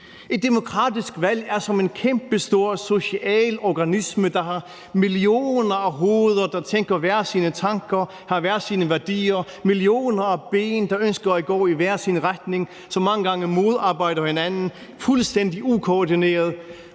Et demokratisk valg er som en kæmpestor social organisme, der har millioner af hoveder, der tænker hver deres tanker, har hver deres værdier, millioner af ben, der ønsker at gå i hver deres retning, og som mange gange modarbejder hinanden fuldstændig ukoordineret,